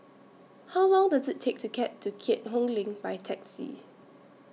How Long Does IT Take to get to Keat Hong LINK By Taxi